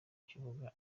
kibuga